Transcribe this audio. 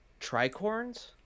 tricorns